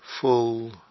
full